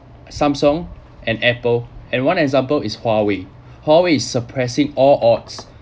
Samsung and Apple and one example is Huawei Huawei is suppressing all odds